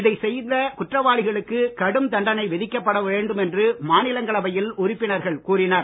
இதை செய்த குற்றவாளிகளுக்கு கடும் தண்டனை விதிக்கப்பட வேண்டும் என்று மாநிலங்களவையில் உறுப்பினர்கள் கூறினர்